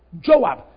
Joab